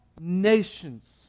nations